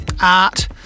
art